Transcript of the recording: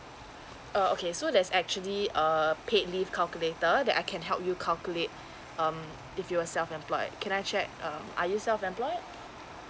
oh okay so there's actually a paid leave calculator that I can help you calculate um if you are self employed can I check uh are you self employed